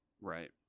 Right